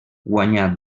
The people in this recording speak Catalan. guanyà